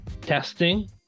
Testing